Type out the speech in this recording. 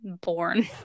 born